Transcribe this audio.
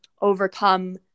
overcome